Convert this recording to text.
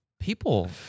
People